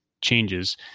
changes